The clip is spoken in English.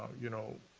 you know,